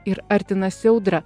ir artinasi audra